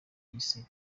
yise